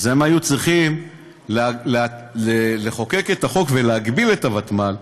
אז הם היו צריכים לחוקק את החוק ולהגביל את הוותמ"ל,